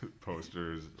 posters